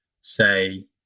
say